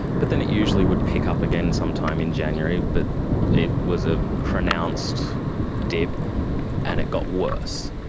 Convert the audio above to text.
but then it usually would pick up again sometime in january. but it was a pronounced dip and it got worse.